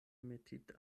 metita